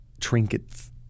trinkets